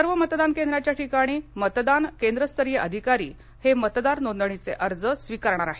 सर्व मतदान केंद्राच्या ठिकाणी मतदान केंद्रस्तरीय अधिकारी हे मतदार नोंदणीचे अर्ज स्वीकारणार आहेत